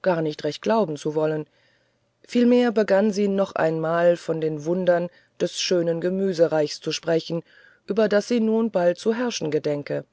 gar nicht recht glauben zu wollen vielmehr begann sie noch einmal von den wundern des schönen gemüsreichs zu sprechen über das sie nun bald zu herrschen gedenke